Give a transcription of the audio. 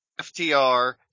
FTR